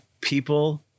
people